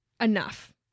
enough